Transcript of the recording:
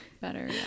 better